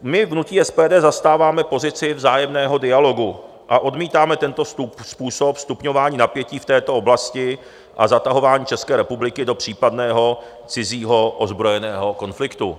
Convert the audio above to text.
My v hnutí SPD zastáváme pozici vzájemného dialogu, odmítáme tento způsob stupňování napětí v této oblasti a zatahování České republiky do případného cizího ozbrojeného konfliktu.